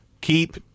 Keep